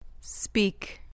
Speak